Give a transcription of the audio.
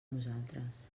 nosaltres